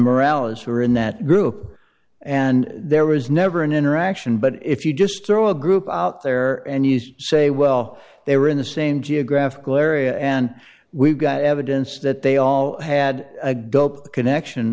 morale is who were in that group and there was never an interaction but if you just throw a group out there and you say well they were in the same geographical area and we've got evidence that they all had a dope connection